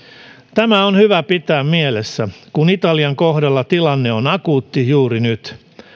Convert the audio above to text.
tämä on hyvä pitää mielessä kun italian kohdalla tilanne on akuutti juuri nyt